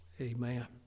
Amen